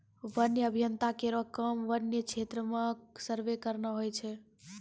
वन्य अभियंता केरो काम वन्य क्षेत्र म सर्वे करना होय छै